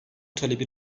talebi